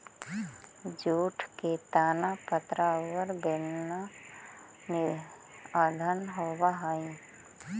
jute के तना पतरा औउर बेलना निअन होवऽ हई